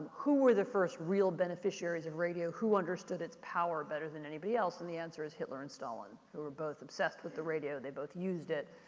who were the first real beneficiaries of radio? who understood its power better than anybody else, and the answer is hitler and stalin, who were both obsessed with the radio. they both used it.